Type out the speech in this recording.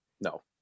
No